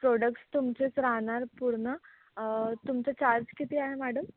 products तुमचेच राहणार पूर्ण तुमचे चार्ज किती आहे मॅडम